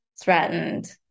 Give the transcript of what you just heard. threatened